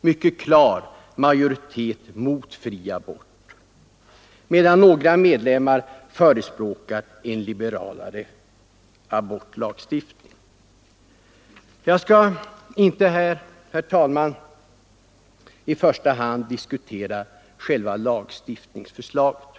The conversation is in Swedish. mycket klar majoritet mot fri abort, medan några medlemmar förespråkar en liberalare abortlagstiftning. Jag skall inte, herr talman, i första hand diskutera själva lagstiftningsförslaget.